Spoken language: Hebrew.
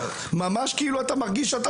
אתה מרגיש כאילו אתה ברמאללה.